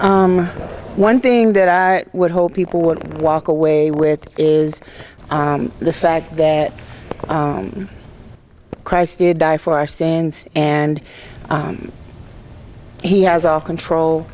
one thing that i would hope people would walk away with is the fact that christ did die for our sins and he has all control